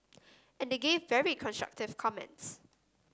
and they gave very constructive comments